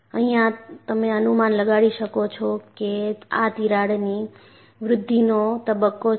અહિયાં તમે અનુમાન લગાડી શકો છો કે આ તિરાડની વૃદ્ધિનો તબક્કો છે